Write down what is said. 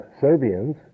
Serbians